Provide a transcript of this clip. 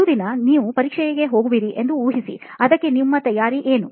ಮರುದಿನ ನೀವು ಪರೀಕ್ಷೆಯನ್ನು ಹೋಗುವಿರಿ ಎಂದು ಊಹಿಸಿ ಅದಕ್ಕೆ ನಿಮ್ಮ ತಯಾರಿ ಏನು